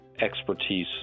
expertise